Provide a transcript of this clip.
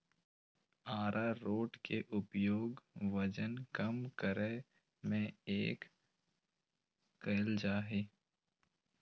आरारोट के उपयोग वजन कम करय में कइल जा हइ